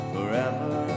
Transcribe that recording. Forever